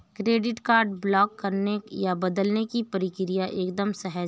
credit card block करने या बदलने की प्रक्रिया एकदम सहज है